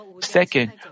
Second